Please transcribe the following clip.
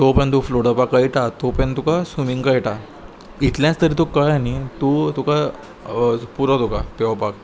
तो पर्यंत तुका फ्लोट जावपाक कळटा तो पर्यंत तुका स्विमींग कळटा इतलेंच तरी तूं कळ्ळें न्ही तूं तुका पुरो तुका पेंवपाक